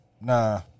Nah